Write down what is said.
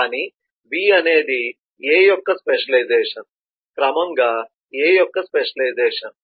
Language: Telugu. కానీ B అనేది A యొక్క స్పెషలైజేషన్ క్రమంగా A యొక్క స్పెషలైజేషన్